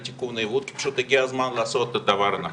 לתיקון עיוות כי פשוט הגיע הזמן לעשות את הדבר הנכון.